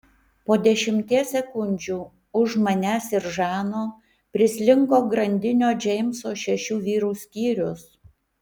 po dešimties sekundžių už manęs ir žano prislinko grandinio džeimso šešių vyrų skyrius